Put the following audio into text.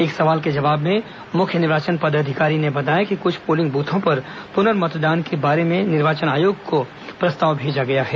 एक सवाल के जवाब में मुख्य निर्वाचन पदाधिकारी ने बताया कि कुछ पोलिंग बूथों पर पुनर्मतदान के बारे में निर्वाचन आयोग को प्रस्ताव भेजा गया है